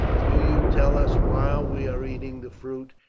do you tell us, while we are eating the fruit,